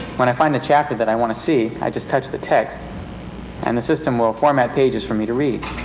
when i find a chapter that i want to see, i just touch the text and the system will format pages for me to read.